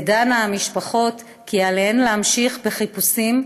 תדענה המשפחות כי עליהן להמשיך בחיפושים,